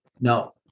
No